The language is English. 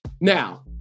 Now